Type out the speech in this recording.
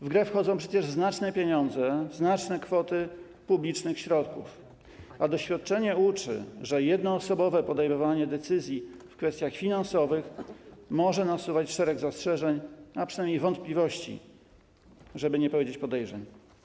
W grę wchodzą przecież znaczne pieniądze, znaczne kwoty publicznych środków, a doświadczenie uczy, że jednoosobowe podejmowanie decyzji w kwestiach finansowych może nasuwać szereg zastrzeżeń, a przynajmniej wątpliwości, żeby nie powiedzieć: podejrzeń.